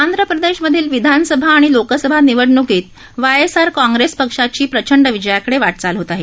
आंध प्रदेशमधील विधानसभा आणि लोकसभा निवडण्कीत वाय एस आर काँग्रेस पक्षाची प्रचंड विजयाकडे वा चाल होत आहे